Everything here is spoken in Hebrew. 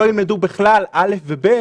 א' ו-ב',